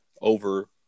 over